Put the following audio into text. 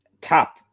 top